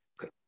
Okay